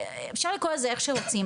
אפשר לקרוא לזה איך שרוצים,